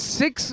six